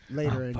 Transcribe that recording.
later